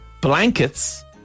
blankets